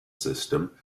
system